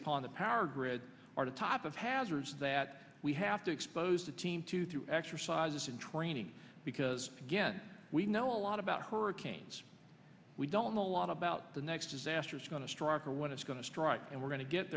upon the power grid are the top of hazards that we have to expose the team to through exercises in training because again we know a lot about hurricanes we don't know a lot about the next disaster it's going to strike or when it's going to strike and we're going to get